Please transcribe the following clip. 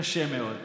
קשה מאוד".